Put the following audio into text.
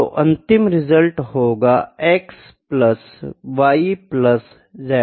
तो अंतिम परिणाम होगा x plus y plus z